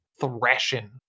Thrashing